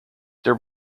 there